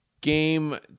Game